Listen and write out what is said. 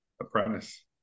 apprentice